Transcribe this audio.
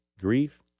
grief